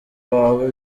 wawe